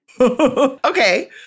Okay